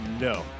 No